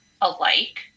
alike